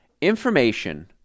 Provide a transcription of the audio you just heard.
information